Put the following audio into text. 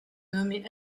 nommé